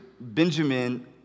Benjamin